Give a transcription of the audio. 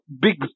big